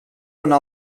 una